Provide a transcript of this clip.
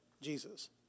Jesus